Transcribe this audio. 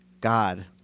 God